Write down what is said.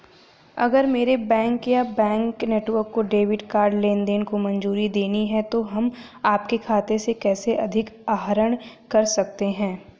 अगर मेरे बैंक या बैंक नेटवर्क को डेबिट कार्ड लेनदेन को मंजूरी देनी है तो हम आपके खाते से कैसे अधिक आहरण कर सकते हैं?